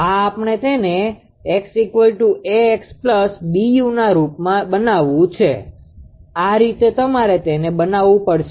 આ આપણે તેને 𝑥̇𝐴𝑥 𝐵𝑢ના રૂપમાં બનાવવું છે આ રીતે તમારે તેને બનાવવું પડશે